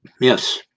Yes